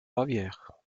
bavière